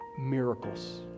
miracles